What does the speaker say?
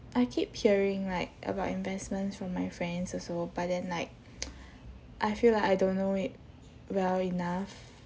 I keep hearing like about investments from my friends also but then like I feel like I don't know it well enough